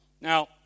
Now